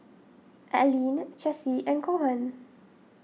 Aleen Chessie and Cohen